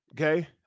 okay